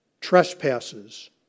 Trespasses